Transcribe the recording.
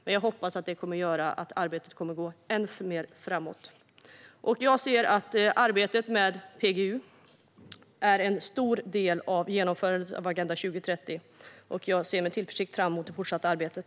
Men jag hoppas att den kommer att göra att arbetet går framåt ännu mer. Jag ser att arbetet med PGU är en stor del av genomförandet av Agenda 2030, och jag ser med tillförsikt fram emot det fortsatta arbetet.